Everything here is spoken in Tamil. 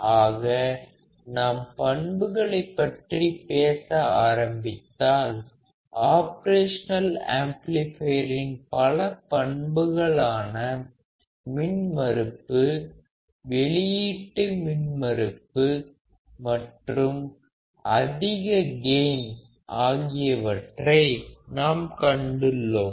ஆக நாம் பண்புகளைப் பற்றி பேச ஆரம்பித்தால் ஆப்ரேஷனல் ஆம்ப்ளிபையரின் பல பண்புகளான மின்மறுப்பு வெளியீட்டு மின்மறுப்பு மற்றும் அதிக கெயின் ஆகியவற்றை நாம் கண்டுள்ளோம்